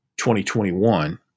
2021